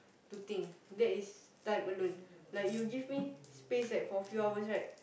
to think that is turn alone when you give me space like for few hours right